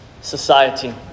society